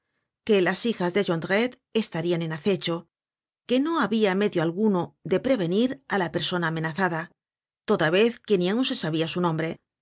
que las hijas de jondrette estarian en acecho que no habia medio alguno de prevenir á la persona amenazada toda vez que ni aun se sabia su nombre